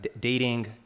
dating